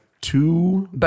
two